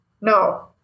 no